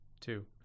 Two